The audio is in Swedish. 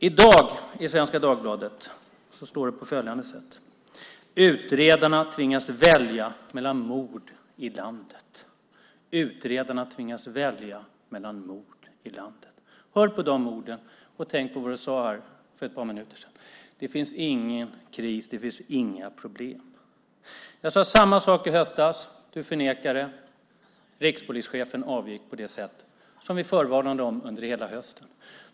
I dag, i Svenska Dagbladet, står det att utredarna tvingas välja mellan mord i landet. Utredarna tvingas välja mellan mord i landet. Hör på de orden, och tänk på vad du sade här för ett par minuter sedan! Det finns ingen kris. Det finns inga problem. Jag sade samma sak i höstas. Du förnekade det. Rikspolischefen avgick på det sätt som vi förvarnade om under hela hösten.